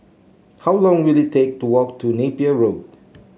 how long will it take to walk to Napier Road